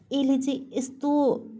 यसले चाहिँ यस्तो